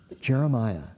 Jeremiah